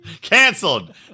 Canceled